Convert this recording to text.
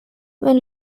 when